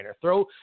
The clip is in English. Throw